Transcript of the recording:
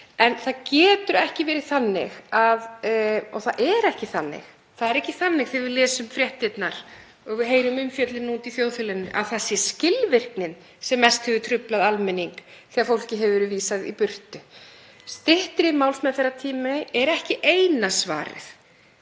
En það getur ekki verið þannig og það er ekki þannig, það er ekki þannig þegar við lesum fréttirnar og heyrum umfjöllun úti í þjóðfélaginu, að það sé skilvirknin sem mest hefur truflað almenning þegar fólki hefur verið vísað í burtu. Styttri málsmeðferðartími er ekki eina svarið.